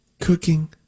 Cooking